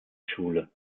schule